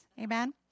Amen